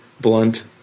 blunt